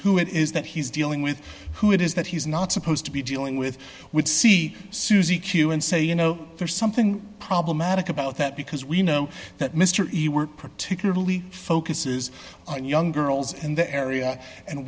who it is that he's dealing with who it is that he's not supposed to be dealing with with see suzi q and so you know there's something problematic about that because we know that mr particularly focuses on young girls in the area and